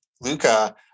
Luca